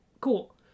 cool